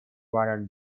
water